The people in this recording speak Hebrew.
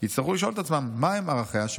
יצטרכו לשאול את עצמם מהם ערכיה של